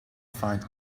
find